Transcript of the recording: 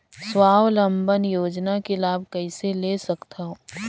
स्वावलंबन योजना के लाभ कइसे ले सकथव?